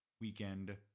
Weekend